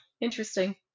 Interesting